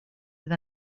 bydd